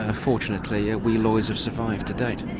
ah fortunately ah we lawyers have survived to date.